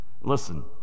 Listen